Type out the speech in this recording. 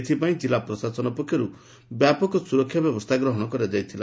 ଏଥିପାଇ ଜିଲ୍ଲା ପ୍ରଶାସନ ପକ୍ଷରୁ ବ୍ୟାପକ ସୁରକ୍ଷା ବ୍ୟବସ୍ତା କରାଯାଇଥିଲା